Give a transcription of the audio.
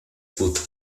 put